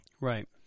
Right